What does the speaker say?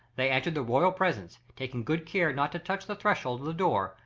they entered the royal presence, taking good care not to touch the threshold of the door,